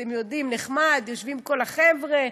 אתם יודעים, נחמד, יושבים כל החבר'ה: